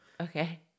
Okay